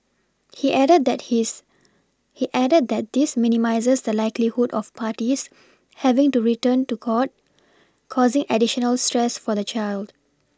he added that his he added that this minimises the likelihood of parties having to return to court causing additional stress for the child